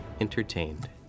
entertained